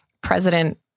President